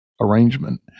arrangement